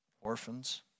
orphans